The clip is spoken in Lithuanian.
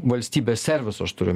valstybės serviso aš turiu